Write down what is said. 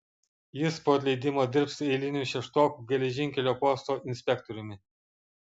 jis po atleidimo dirbs eiliniu šeštokų geležinkelio posto inspektoriumi